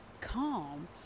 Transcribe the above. calm